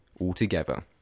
altogether